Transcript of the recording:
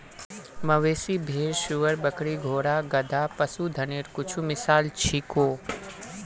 मवेशी, भेड़, सूअर, बकरी, घोड़ा, गधा, पशुधनेर कुछु मिसाल छीको